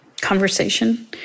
conversation